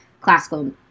classical